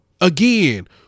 again